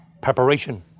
Preparation